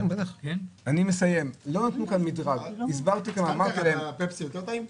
אני חושב שלגדל כלבים וחתולים זה תחביב כמו שתייה מתוקה,